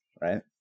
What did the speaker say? Right